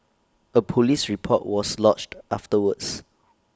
A Police report was lodged afterwards